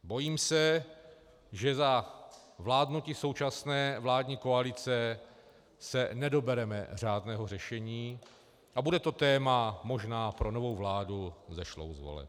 Bojím se, že za vládnutí současné vládní koalice se nedobereme řádného řešení a bude to téma možná pro novou vládu vzešlou z voleb.